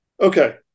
Okay